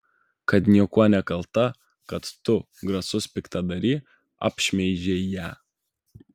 kad niekuo nekalta kad tu grasus piktadary apšmeižei ją